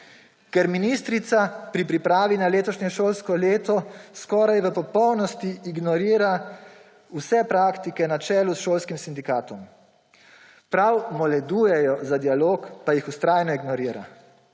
Ker ministrica pri pripravi na letošnje šolsko leto skoraj v popolnosti ignorira vse praktike, na čelu s šolskim sindikatom. Prav moledujejo za dialog, pa jih vztrajno ignorira.